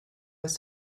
was